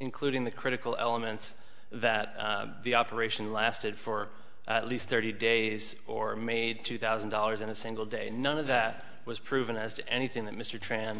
including the critical elements that the operation lasted for at least thirty days or made two thousand dollars in a single day none of that was proven as to anything that mr tra